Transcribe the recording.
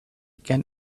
can